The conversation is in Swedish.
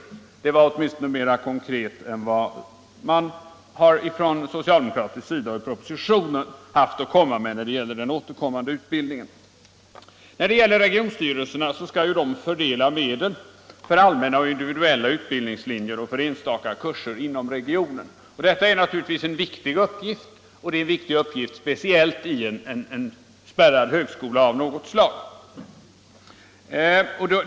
Detta var åtminstone mer konkret än det som man från socialdemokratins sida och i propositionen haft att komma med när det gäller den återkommande utbildningen. Regionstyrelserna skall fördela medel för allmänna och individuella utbildningslinjer och för enstaka kurser inom regionen. Detta är naturligtvis en viktig uppgift, speciellt i en spärrad högskola.